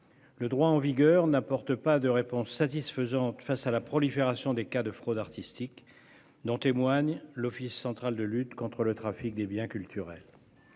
Le droit en vigueur n'apporte pas de réponse satisfaisante face à la prolifération des cas de fraude artistique, dont témoigne l'Office central de lutte contre le trafic des biens culturels.